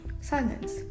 Silence